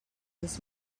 this